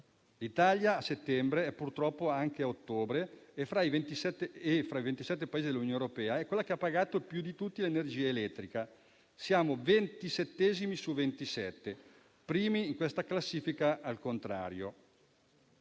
e gas). A settembre e purtroppo anche a ottobre, fra i 27 Paesi dell'Unione europea, l'Italia ha pagato più di tutti l'energia elettrica: siamo ventisettesimi su 27, primi in questa classifica al contrario.